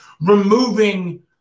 removing